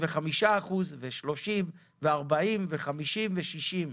30% ו-40% וכן הלאה,